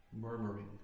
murmuring